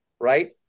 right